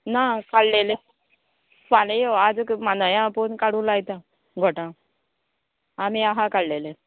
ना काडलेले फाल्या यो आज माया पळोवन काडू लायता गोठां आमी आहा काडलेले